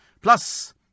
Plus